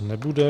Nebude.